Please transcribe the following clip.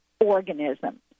organisms